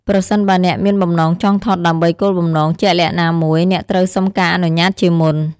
ប្រសិនបើអ្នកមានបំណងចង់ថតដើម្បីគោលបំណងជាក់លាក់ណាមួយ អ្នកត្រូវសុំការអនុញ្ញាតជាមុន។